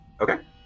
okay